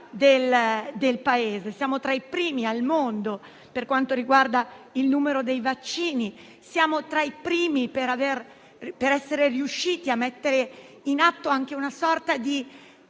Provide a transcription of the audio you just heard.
del Paese. Siamo tra i primi al mondo per quanto riguarda il numero dei vaccini; siamo tra i primi ad essere riusciti a mettere in atto anche una sorta di